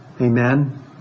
Amen